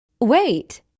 Wait